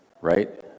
right